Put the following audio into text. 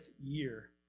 year